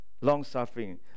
long-suffering